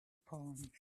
palms